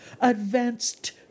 advanced